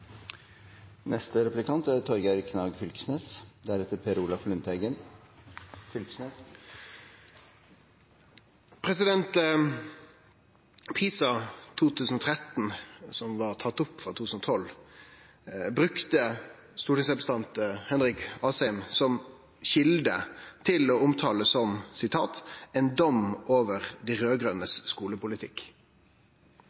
PISA 2013, som var tatt opp frå 2012, blei av representanten Asheim brukt som kjelde til å omtale som «en dom» over dei